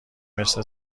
مثل